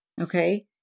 Okay